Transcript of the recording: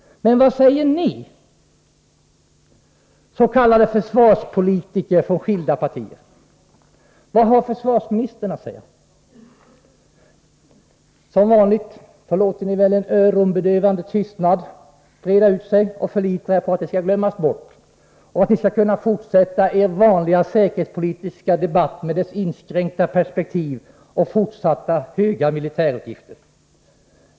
Men vad säger ni, s.k. försvarspolitiker från skilda partier? Vad har försvarsministern att säga? Som vanligt låter ni väl en ”öronbedövande tystnad” breda ut sig och förlitar er på att de skall glömmas bort och att ni skall kunna fortsätta er vanliga säkerhetspolitiska debatt med dess inskränkta perspektiv och fortsatta höga militärutgifter.